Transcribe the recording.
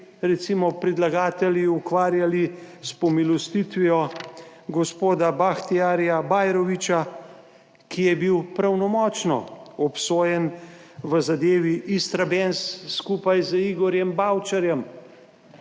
recimo predlagatelji ukvarjali s pomilostitvijo gospoda Bahtijarja Bajrovića, ki je bil pravnomočno obsojen v zadevi Istrabenz skupaj z Igorjem Bavčarjem.